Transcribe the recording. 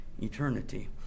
eternity